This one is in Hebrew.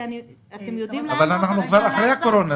אבל אנחנו כבר אחרי הקורונה.